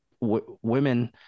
women